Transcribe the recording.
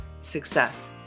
success